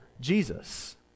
Jesus